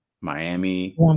Miami